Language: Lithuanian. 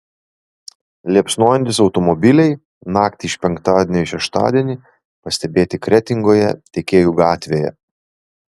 liepsnojantys automobiliai naktį iš penktadienio į šeštadienį pastebėti kretingoje tiekėjų gatvėje